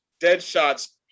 Deadshot's